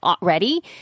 ready